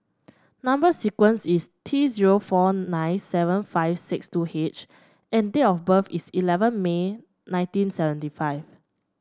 number sequence is T zero four nine seven five six two H and date of birth is eleven May nineteen seventy five